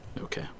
Okay